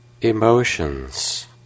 emotions